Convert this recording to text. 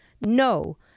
no